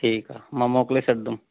ठीकु आहे मां मोकिले छॾिंदुमि